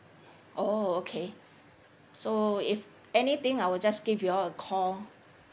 oh okay so if anything I will just give you all a call